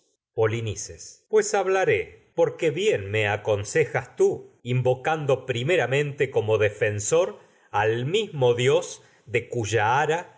a pues hablaré porque bien como me aconsejas al tú invocando primeramente defensor mismo edipo en colono dios de cuya de ara